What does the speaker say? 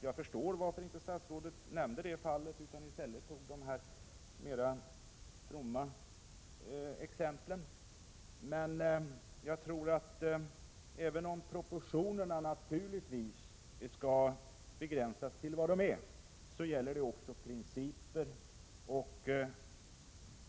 Jag förstår varför statsrådet inte berörde det fallet utan i stället tog de nämnda, mera fromma fallen som exempel. Även om proportionerna naturligtvis skall begränsas, gäller det också principer.